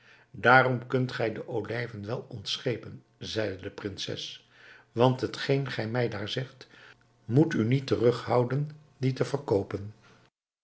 daarom kunt gij de olijven wel ontschepen zeide de prinses want hetgeen gij mij daar zegt moet u niet terughouden die te verkoopen